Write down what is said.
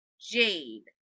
Jade